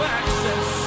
access